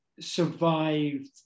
survived